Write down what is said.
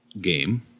game